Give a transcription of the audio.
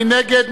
מי נגד?